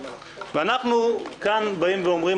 אנחנו אומרים,